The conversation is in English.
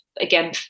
again